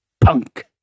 punk